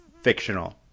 fictional